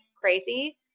crazy